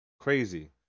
Crazy